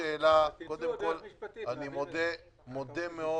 אני מודה מאוד